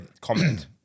comment